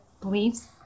beliefs